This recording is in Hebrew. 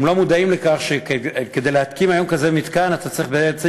הם לא מודעים לכך שכדי להתקין היום כזה מתקן אתה צריך בעצם